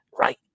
right